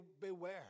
beware